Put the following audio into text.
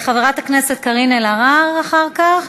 חברת הכנסת קארין אלהרר אחר כך,